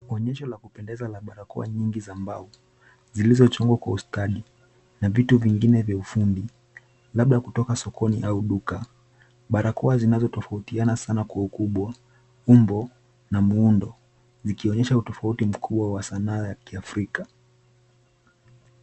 Onyesho la kupendeza la barakoa nyingi za mbao zilizochungwa kwa ustadi na vitu vingine vya ufundi labda kutoka sokoni au duka. Barakoa zinazotofautiana sana kwa ukubwa umbo na muundo zikionyesha utofauti mkuu wa sanaa ya kiafrika.